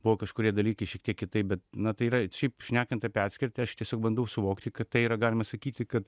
buvo kažkurie dalykai šiek tiek kitaip bet na tai yra šiaip šnekant apie atskirtį aš tiesiog bandau suvokti kad tai yra galima sakyti kad